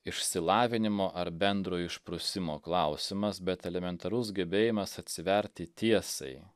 išsilavinimo ar bendro išprusimo klausimas bet elementarus gebėjimas atsiverti tiesai